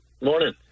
Morning